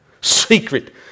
secret